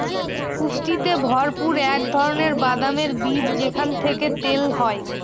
পুষ্টিতে ভরপুর এক ধরনের বাদামের বীজ যেখান থেকে তেল হয়